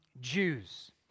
Jews